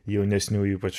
jaunesnių ypač